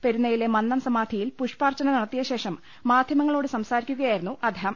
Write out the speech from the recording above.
പെരുന്ന യിലെ മന്നം സമാധിയിൽ പൂഷ്പാർച്ച ന നടത്തിയ ശേഷം മാധൃമങ്ങളോട് സംസാരിക്കുകയായി രുന്നു അദ്ദേഹം